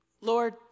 Lord